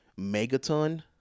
Megaton